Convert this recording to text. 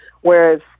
whereas